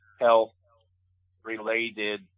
health-related